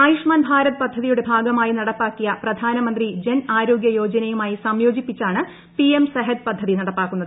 ആയുഷ്മാൻ ഭാരത് പദ്ധതിയുടെ ഭാഗമായി നടപ്പാക്കിയ പ്രധാനമന്ത്രി ്ളജൻ ആരോഗൃയോജനയുമായി സംയോജി പ്പിച്ചാണ് പിഎം സെഹത് പദ്ധതി നടപ്പാക്കുന്നത്